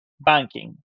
banking